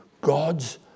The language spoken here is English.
God's